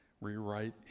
Rewrite